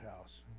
house